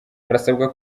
barasabwa